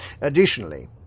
Additionally